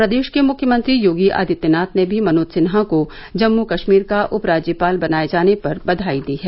प्रदेश के मुख्यमंत्री योगी आदित्यनाथ ने भी मनोज सिन्हा को जम्मू कश्मीर का उपराज्यपाल बनाए जाने पर बधाई दी है